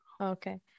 Okay